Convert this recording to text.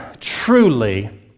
truly